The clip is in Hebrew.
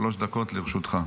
שלוש דקות לרשותך.